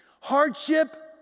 Hardship